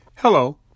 Hello